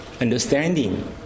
understanding